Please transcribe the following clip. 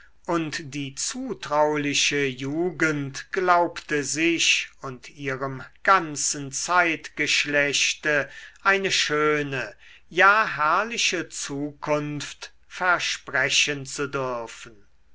die zutrauliche jugend glaubte sich und ihrem ganzen zeitgeschlechte eine schöne ja herrliche zukunft versprechen zu dürfen